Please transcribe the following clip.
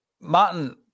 Martin